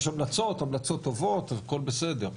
יש המלצות, המלצות טובות, הכל בסדר.